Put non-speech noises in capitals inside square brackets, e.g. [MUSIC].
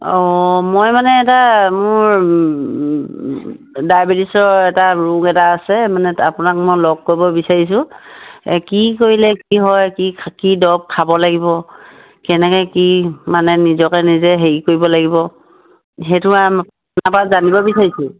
অঁ মই মানে এটা মোৰ ডায়বেটিছৰ এটা ৰোগ এটা আছে মানে আপোনাক মই লগ কৰিব বিচাৰিছোঁ কি কৰিলে কি হয় কি কি দৰৱ খাব লাগিব কেনেকৈ কি মানে নিজকে নিজে হেৰি কৰিব লাগিব সেইটো আৰু [UNINTELLIGIBLE] জানিব বিচাৰিছোঁ